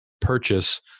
purchase